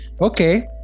okay